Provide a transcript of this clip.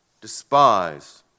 despised